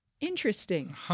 interesting